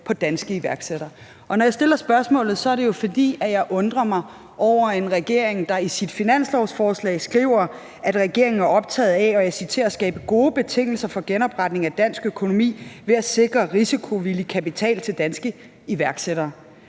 på danske iværksættere? Når jeg stiller spørgsmålet, er det jo, fordi jeg undrer mig over en regering, der i sit finanslovsforslag skriver, at regeringen er optaget af, og jeg citerer: at skabe gode betingelser for genopretning af dansk økonomi ved at sikre risikovillig kapital til danske iværksættere.